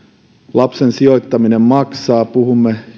lapsen sijoittaminen maksaa puhumme